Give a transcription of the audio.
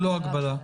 ללא הגבלה.